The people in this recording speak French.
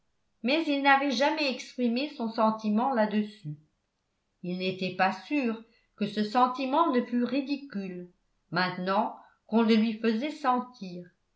mais il n'avait jamais exprimé son sentiment là-dessus il n'était pas sûr que ce sentiment ne fût ridicule maintenant qu'on le lui faisait sentir